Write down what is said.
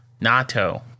NATO